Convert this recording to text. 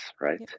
right